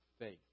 faith